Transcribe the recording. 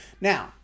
Now